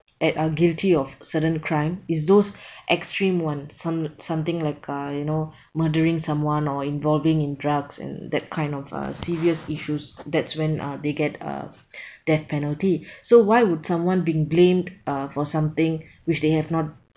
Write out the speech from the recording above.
at are guilty of certain crime is those extreme ones some~ something like uh you know murdering someone or involving in drugs and that kind of uh serious issues that's when uh they get uh death penalty so why would someone been blamed uh for something which they have not